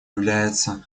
является